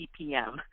PPM